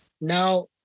Now